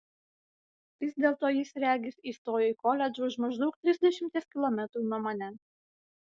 vis dėlto jis regis įstojo į koledžą už maždaug trisdešimties kilometrų nuo manęs